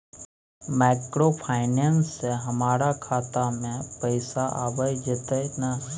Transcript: Microfinance से हमारा खाता में पैसा आबय जेतै न?